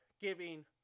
giving